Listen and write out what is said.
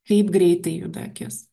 kaip greitai juda akis